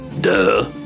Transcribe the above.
Duh